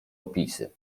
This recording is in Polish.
opisy